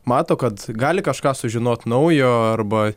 mato kad gali kažką sužinot naujo arba